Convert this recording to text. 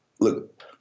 look